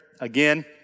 Again